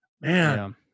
Man